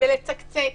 ולצקצק